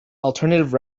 alternative